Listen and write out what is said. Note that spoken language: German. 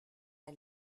der